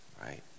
Right